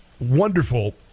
Wonderful